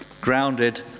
grounded